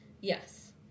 Yes